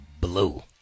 blue